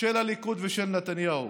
של הליכוד ושל נתניהו,